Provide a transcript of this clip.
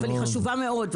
אבל היא חשובה מאוד.